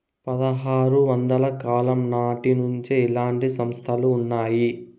పదహారు వందల కాలం నాటి నుండి ఇలాంటి సంస్థలు ఉన్నాయి